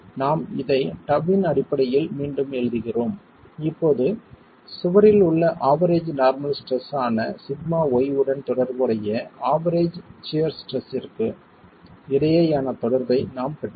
நாம் இதை τ அடிப்படையில் மீண்டும் எழுதுகிறோம் இப்போது சுவரில் உள்ள ஆவெரேஜ் நார்மல் ஸ்ட்ரெஸ் ஆன σy உடன் தொடர்புடைய ஆவெரேஜ் சியர் ஸ்ட்ரெஸ்ற்கு இடையேயான தொடர்பை நாம் பெற்றுள்ளோம்